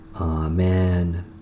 Amen